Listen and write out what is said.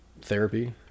therapy